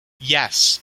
yes